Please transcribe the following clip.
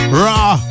raw